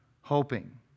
hoping